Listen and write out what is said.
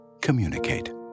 Communicate